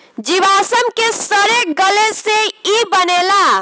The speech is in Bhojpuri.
जीवाश्म के सड़े गले से ई बनेला